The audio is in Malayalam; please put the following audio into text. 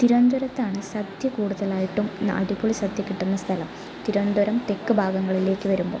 തിരുവനന്തപുരത്താണ് സദ്യ കൂടുതലായിട്ടും അടിപൊളി സദ്യ കിട്ടുന്ന സ്ഥലം തിരുവനന്തപുരം തെക്ക് ഭാഗങ്ങളിലേക്ക് വരുമ്പോൾ